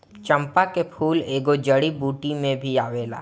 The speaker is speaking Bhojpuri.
चंपा के फूल एगो जड़ी बूटी में भी आवेला